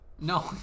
No